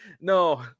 no